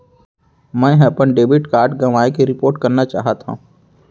मै हा अपन डेबिट कार्ड गवाएं के रिपोर्ट करना चाहत हव